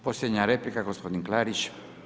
Posljednja replika gospodin Klarić.